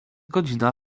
godzina